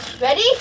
ready